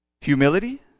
Humility